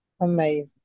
Amazing